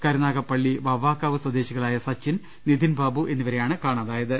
Karunagappally Vavvakkavu സ്വദേശികളായ സച്ചിൻ നിധിൻ ബാബു എന്നിവരെയാണ് കാണാതായത്